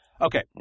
Okay